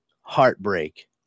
heartbreak